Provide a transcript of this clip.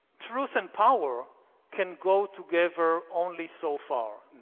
truth and power can go together only so far.